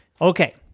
okay